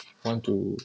want to